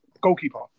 goalkeeper